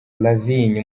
lavigne